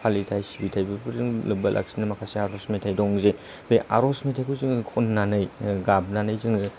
फालिथाय सिबिथाय बेफोरजों लोब्बा लाखिनो माखासे आर'ज मेथाय दंजे बे आर'ज मेथायखौ जोङो खननानै गाबनानै जोङो